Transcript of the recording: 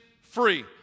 free